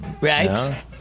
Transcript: Right